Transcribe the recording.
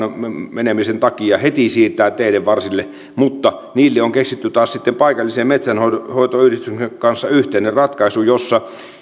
menemisen takia heti siirtää teiden varsille mutta niille on keksitty taas sitten paikallisen metsänhoitoyhdistyksen kanssa yhteinen ratkaisu jossa